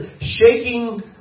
shaking